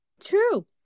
true